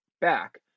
back